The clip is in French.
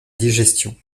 digestion